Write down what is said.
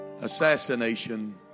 Assassination